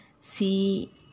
see